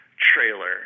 trailer